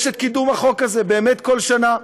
יש את קידום החוק הזה באמת כל שנה,